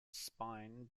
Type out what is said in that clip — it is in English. spine